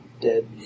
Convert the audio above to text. dead